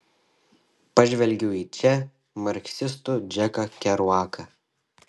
pažvelgiu į če marksistų džeką keruaką